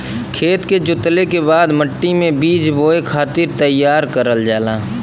खेत के जोतले के बाद मट्टी मे बीज बोए खातिर तईयार करल जाला